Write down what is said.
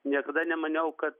niekada nemaniau kad